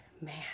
man